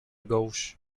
gauche